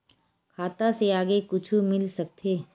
खाता से आगे कुछु मिल सकथे?